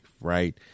right